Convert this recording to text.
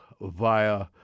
via